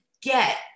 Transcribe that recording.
get